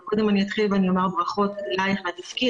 אבל קודם אני אתחיל ואומר ברכות לך על התפקיד,